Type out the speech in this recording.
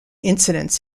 incidents